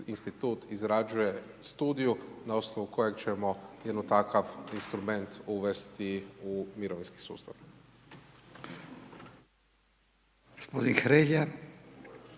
izrađuje studiju na osnovu kojeg ćemo jedno takav instrument uvesti u mirovinski sustav.